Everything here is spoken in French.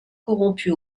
corrompu